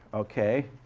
okay.